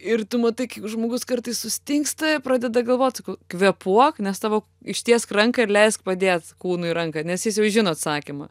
ir tu matai kaip žmogus kartais sustingsta i pradeda galvot kvėpuok nes tavo ištiesk ranką ir leisk padėt kūnui ranką nes jis jau žino atsakymą